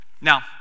Now